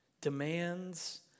demands